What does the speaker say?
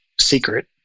secret